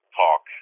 talk